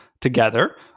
together